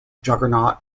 juggernaut